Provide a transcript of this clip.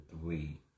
three